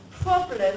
problem